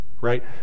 right